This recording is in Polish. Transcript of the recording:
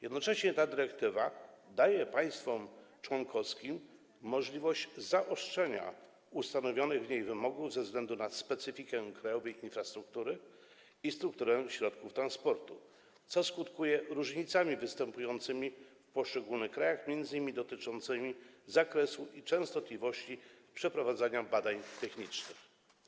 Jednocześnie ta dyrektywa daje państwom członkowskim możliwość zaostrzenia ustanowionych w niej wymogów ze względu na specyfikę krajowej infrastruktury i strukturę środków transportu, co skutkuje różnicami występującymi w poszczególnych krajach, m.in. dotyczącymi zakresu i częstotliwości przeprowadzania badań technicznych.